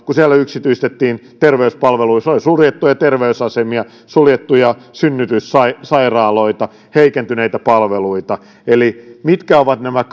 kun siellä yksityistettiin terveyspalveluja siellä oli suljettuja terveysasemia suljettuja synnytyssairaaloita heikentyneitä palveluita eli mitkä ovat nämä